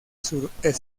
sureste